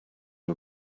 are